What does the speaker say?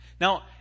Now